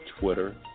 Twitter